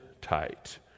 tight